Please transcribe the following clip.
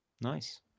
Nice